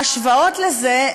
ההשוואות לזה,